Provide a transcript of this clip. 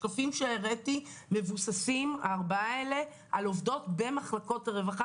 השקפים שהראיתי מבוססים על עובדות במחלקות הרווחה.